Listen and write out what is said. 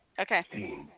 Okay